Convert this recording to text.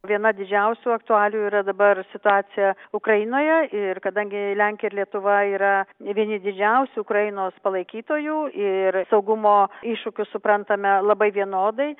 viena didžiausių aktualijų yra dabar situacija ukrainoje ir kadangi lenkija lietuva yra vieni didžiausių ukrainos palaikytojų ir saugumo iššūkius suprantame labai vienodai